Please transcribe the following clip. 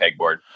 pegboard